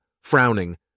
frowning